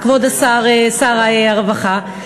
כבוד שר הרווחה,